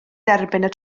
derbyn